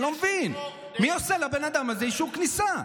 אני לא מבין, מי עושה לבן אדם הזה אישור כניסה?